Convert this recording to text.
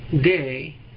day